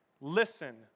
Listen